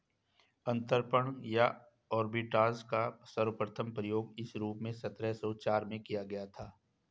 अंतरपणन या आर्बिट्राज का सर्वप्रथम प्रयोग इस रूप में सत्रह सौ चार में किया गया था